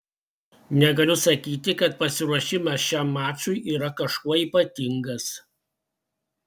negaliu sakyti kad pasiruošimas šiam mačui yra kažkuo ypatingas